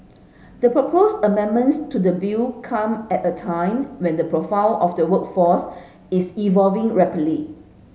the proposed amendments to the bill come at a time when the profile of the workforce is evolving rapidly